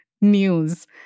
news